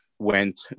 went